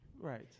right